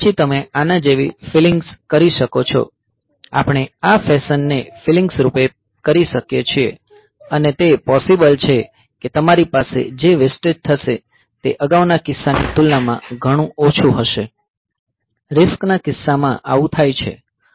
પછી તમે આના જેવી ફીલિન્ગ કરી શકો છો આપણે આ ફેશન ને ફીલિન્ગ રૂપે કરી શકીએ છીએ અને તે પોસીબલ છે કે તમારી પાસે જે વેસ્ટેજ થશે તે અગાઉના કિસ્સાની તુલનામાં ઘણું ઓછું હશે